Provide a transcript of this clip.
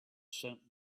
sent